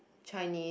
Chinese